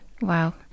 Wow